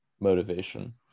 motivation